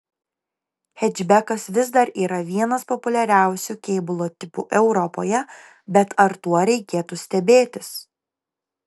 hečbekas vis dar yra vienas populiariausių kėbulo tipų europoje bet ar tuo reikėtų stebėtis